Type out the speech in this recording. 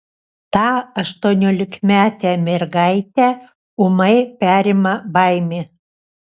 tą aštuoniolikametę mergaitę ūmai perima baimė